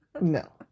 No